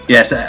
Yes